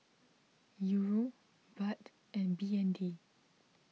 Euro Baht and B N D